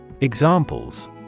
Examples